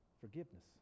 forgiveness